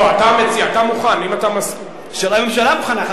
לא, אתה מוכן, השאלה אם הממשלה מוכנה.